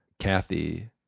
Kathy